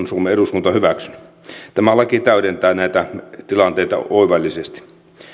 suomen eduskunta on hyväksynyt tämä laki täydentää näitä tilanteita oivallisesti